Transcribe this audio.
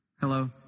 Hello